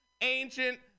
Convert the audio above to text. ancient